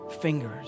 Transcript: fingers